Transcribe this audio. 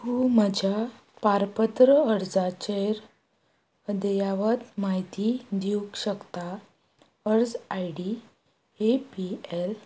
तूं म्हज्या पारपत्र अर्जाचेर अद्यावत म्हायती दिवंक शकता अर्ज I D A P L